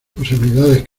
posibilidades